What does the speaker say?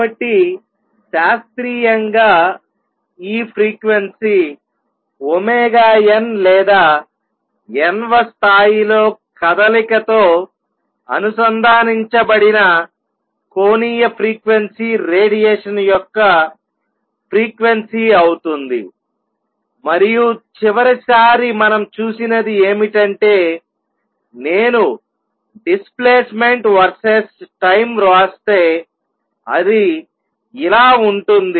కాబట్టి శాస్త్రీయంగా ఈ ఫ్రీక్వెన్సీ ωn లేదా n వ స్థాయిలో కదలికతో అనుసంధానించబడిన కోణీయ ఫ్రీక్వెన్సీ రేడియేషన్ యొక్క ఫ్రీక్వెన్సీ అవుతుంది మరియు చివరిసారి మనం చూసినది ఏమిటంటే నేను డిస్ప్లేస్మెంట్ వర్సెస్ టైం వ్రాస్తే అది ఇలా ఉంటుంది